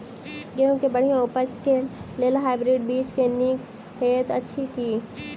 गेंहूँ केँ बढ़िया उपज केँ लेल हाइब्रिड बीज नीक हएत अछि की?